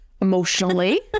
emotionally